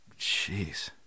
Jeez